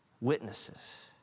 Witnesses